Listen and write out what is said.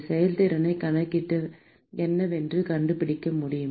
செயல்திறனைக் கணக்கிட்டு என்னவென்று கண்டுபிடிக்க முடியுமா